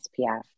SPF